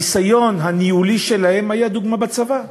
הניסיון הניהולי שלהם היה דוגמה בצבא,